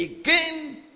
again